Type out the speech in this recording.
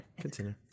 Continue